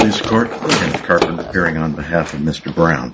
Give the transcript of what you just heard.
the court hearing on behalf of mr brown